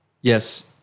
yes